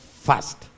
first